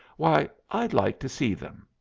why i'd like to see them.